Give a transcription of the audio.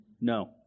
No